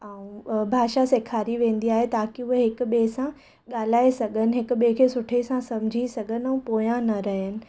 ऐं भाषा सेखारी वेंदी आहे ताकी उहे हिक ॿिएं सां ॻाल्हाए सघनि हिक ॿिएं खे सुठे सां समुझी सघनि ऐं पोया न रहनि